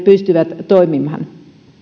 pystyvät toimimaan